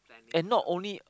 and not only